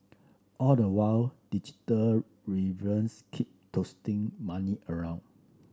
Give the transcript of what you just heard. all the while digital rivals keep tossing money around